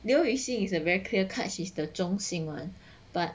流域性 is a very clear card she's the 中心 [one] but